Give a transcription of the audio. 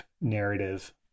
narrative